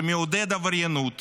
שמעודד עבריינות